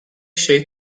şey